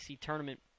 tournament